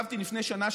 לפני שנה,